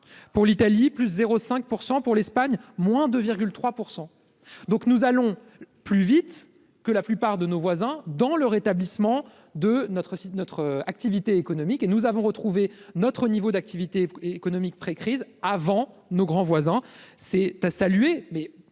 pour l'Italie, plus 0 5 pour 100 pour l'Espagne, moins de 3 % donc nous allons plus vite que la plupart de nos voisins dans le rétablissement de notre site, notre activité économique et nous avons retrouvé notre niveau d'activité économique pré-crise avant nos grands voisins c'est à saluer, mais